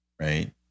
Right